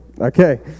Okay